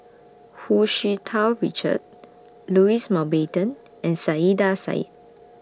Hu Tsu Tau Richard Louis Mountbatten and Saiedah Said